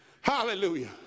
hallelujah